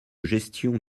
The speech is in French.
gestion